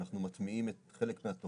שאנחנו מטמיעים את חלק מתכניות